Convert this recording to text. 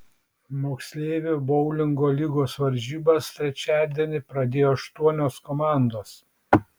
moksleivių boulingo lygos varžybas trečiadienį pradėjo aštuonios komandos